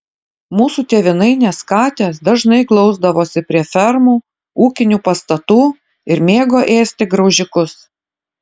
mūsų tėvynainės katės dažnai glausdavosi prie fermų ūkinių pastatų ir mėgo ėsti graužikus